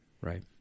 right